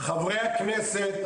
חברי הכנסת,